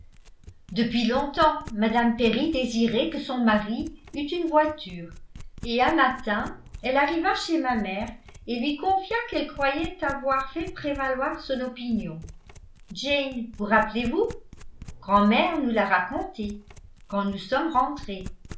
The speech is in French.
depuis longtemps mme perry désirait que son mari eut une voiture et un matin elle arriva chez ma mère et lui confia qu'elle croyait avoir fait prévaloir son opinion jane vous rappelez-vous grand'mère nous l'a raconté quand nous sommes rentrées